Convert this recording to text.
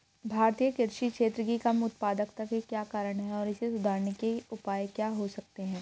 भारतीय कृषि क्षेत्र की कम उत्पादकता के क्या कारण हैं और इसे सुधारने के उपाय क्या हो सकते हैं?